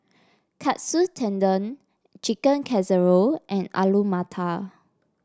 Katsu Tendon Chicken Casserole and Alu Matar